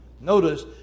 Notice